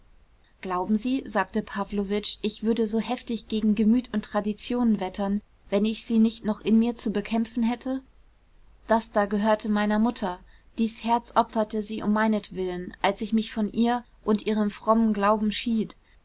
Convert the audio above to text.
glauben sie sagte pawlowitsch ich würde so heftig gegen gemüt und traditionen wettern wenn ich sie nicht noch in mir zu bekämpfen hätte das da gehörte meiner mutter dies herz opferte sie um meinetwillen als ich mich von ihr und ihrem frommen glauben schied